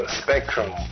spectrum